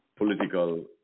political